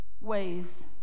ways